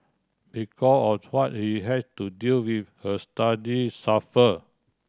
because of what he had to deal with her study suffer